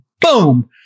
boom